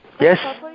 Yes